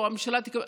או שהממשלה תקבל,